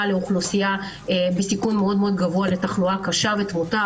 לאוכלוסייה בסיכון מאוד גבוה לתחלואה קשה ותמותה,